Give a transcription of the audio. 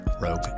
Rogue